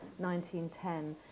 1910